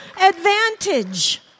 advantage